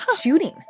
Shooting